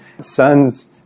sons